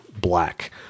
black